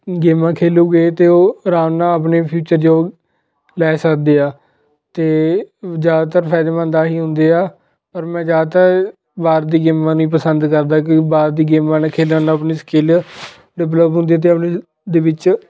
ਗੇਮਾਂ ਖੇਲੂਗੇ ਅਤੇ ਉਹ ਆਰਾਮ ਨਾਲ ਆਪਣੇ ਫਿਊਚਰ ਜੋਬ ਲੈ ਸਕਦੇ ਆ ਅਤੇ ਜ਼ਿਆਦਾਤਰ ਫਾਇਦੇਮੰਦ ਆਹੀ ਹੁੰਦੇ ਹੈ ਔਰ ਮੈਂ ਜ਼ਿਆਦਾਤਰ ਬਾਹਰ ਦੀ ਗੇਮਾਂ ਨਹੀਂ ਪਸੰਦ ਕਰਦਾ ਕਿਉਂਕਿ ਬਾਹਰ ਦੀ ਗੇਮਾਂ ਨਾ ਖੇਲਣ ਨਾਲ ਆਪਣੀ ਸਕਿੱਲ ਡਿਵੈਲਪ ਹੁੰਦੀ ਆ ਅਤੇ ਆਪਣੀ ਦੇ ਵਿੱਚ